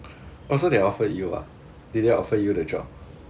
oh so they offered you ah did they offer you the job